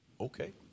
Okay